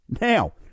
Now